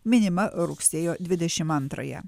minima rugsėjo dvidešimt antrąją